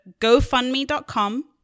GoFundMe.com